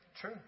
True